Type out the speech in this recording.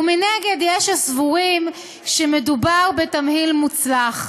ומנגד יש הסבורים שמדובר בתמהיל מוצלח.